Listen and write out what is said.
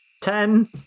Ten